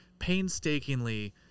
painstakingly